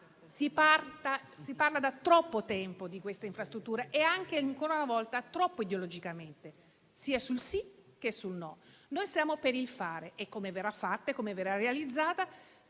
Si parla da troppo tempo di questa infrastruttura e anche, ancora una volta, troppo ideologicamente, sia sul sì sia sul no. Noi siamo per il fare e come verrà fatta e come verrà realizzata